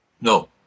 No